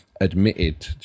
admitted